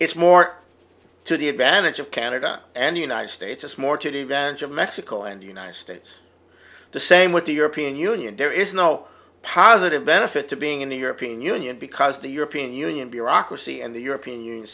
it's more to the advantage of canada and the united states it's more to the ranch of mexico and the united states the same with the european union there is no positive benefit to being in the european union because the european union bureaucracy and the european union